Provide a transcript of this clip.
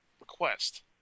request